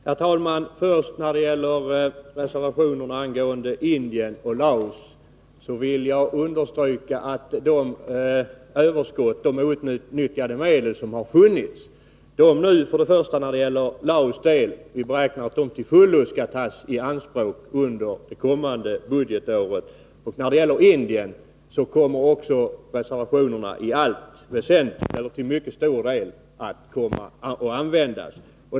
Herr talman! Först några ord om reservationerna beträffande biståndet till Indien och Laos. Jag vill understryka att vi räknar med att de outnyttjade medlen till Laos till fullo skall tas i anspråk under det kommande budgetåret. Också beträffande Indien kommer de reserverade medlen till mycket stor del att användas.